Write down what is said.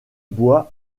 bois